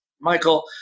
Michael